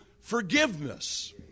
forgiveness